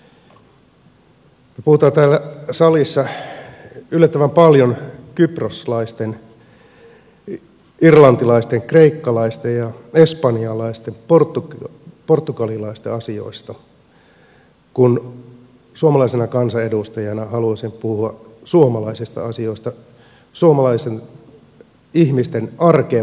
me puhumme täällä salissa yllättävän paljon kyproslaisten irlantilaisten kreikkalaisten espanjalaisten ja portugalilaisten asioista kun suomalaisena kansanedustajana haluaisin puhua suomalaisista asioista suomalaisten ihmisten arkeen vaikuttavista asioista